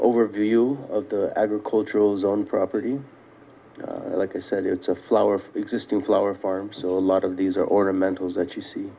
overview of the agricultural zone property like i said it's a flower of existing flower farms a lot of these are ornamental that you see